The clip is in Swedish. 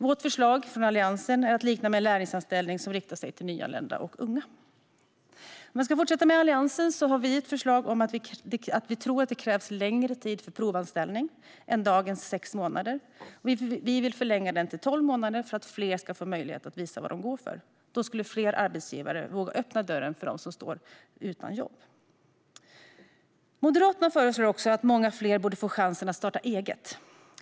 Alliansens förslag är att likna med en lärlingsanställning som riktar sig till nyanlända och unga. Vi i Alliansen tror att det krävs längre tid för en provanställning än dagens sex månader. Vi vill förlänga tiden till tolv månader för att fler ska få möjlighet att visa vad de går för. Då skulle fler arbetsgivare våga öppna dörren för dem som står utan jobb. Moderaterna föreslår också att många fler ska få chansen att starta eget.